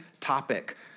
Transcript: topic